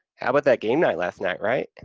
how about that game night last night, right? and